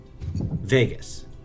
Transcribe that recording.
Vegas